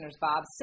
Bob